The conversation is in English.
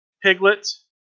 Piglets